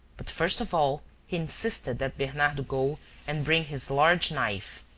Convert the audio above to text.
but first of all he insisted that bernardo go and bring his large knife.